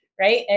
Right